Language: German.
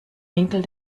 winkel